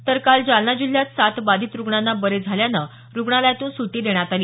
तर काल जालना जिल्ह्यात सात बाधित रुग्णांना बरे झाल्यानं रुग्णालयातून सुटी देण्यात आली